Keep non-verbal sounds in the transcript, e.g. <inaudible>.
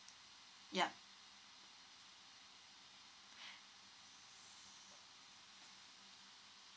yup <breath>